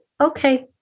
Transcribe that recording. okay